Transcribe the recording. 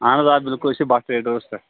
اَہن حظ آ بِلکُل أسۍ چھ بٹ ٹرٛیڈٲرٕس پیٚٹھ